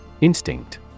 Instinct